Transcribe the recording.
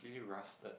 really rusted